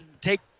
take